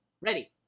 Ready